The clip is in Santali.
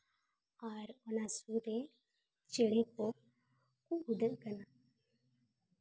ᱟᱨ ᱚᱱᱟ ᱥᱩᱨ ᱨᱮ ᱪᱮᱬᱮ ᱠᱚ ᱩᱰᱟᱹᱜ ᱠᱟᱱᱟ